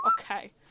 Okay